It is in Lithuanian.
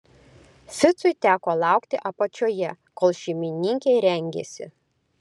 ficui teko laukti apačioje kol šeimininkė rengėsi